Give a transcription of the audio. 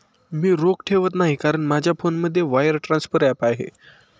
मी रोख ठेवत नाही कारण माझ्या फोनमध्ये वायर ट्रान्सफर ॲप आहे